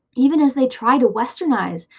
even as they try to westernize,